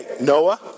Noah